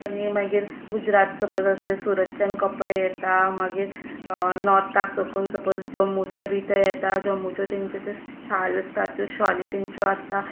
आनी मागीर गुजरात सपोझ आसलें सुरतच्यान कपडे येता मागीर नोर्थाक साकून सपोझ जम्मूचे बी ते येता जम्मूच्यो तांच्यो त्यो शाल आसता त्यो शाली तांच्यो आसता